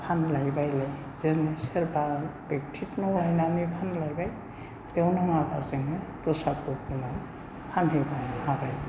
फानलाय बायलाय जों सोरबा बेखथिनाव लायनानै फानलायबाय बेव नाङाब्ला जोङो दस्रा गुबुनाव फानहैनो हाबाय